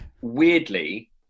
weirdly